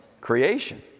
creation